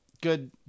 good